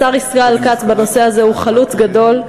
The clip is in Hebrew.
השר ישראל כץ, בנושא הזה הוא חלוץ גדול,